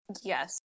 Yes